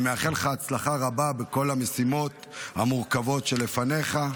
אני מאחל לך הצלחה רבה בכל המשימות המורכבות שלפניך.